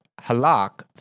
Halak